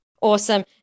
Awesome